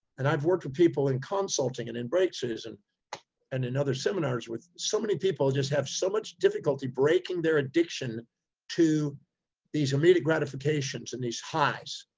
and i've worked with people in consulting and in brerakthrough's and in other seminars with so many people just have so much difficulty breaking their addiction to these immediate gratifications and these highs.